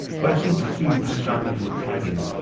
guan xing pursued pan zhang into a canyon,